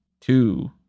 two